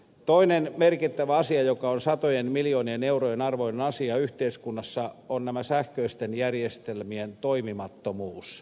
toinen merkittävä asia joka on satojen miljoonien eurojen arvoinen asia yhteiskunnassa on sähköisten järjestelmien toimimattomuus